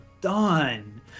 done